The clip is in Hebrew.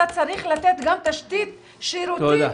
אתה צריך לתת גם תשתית שירותית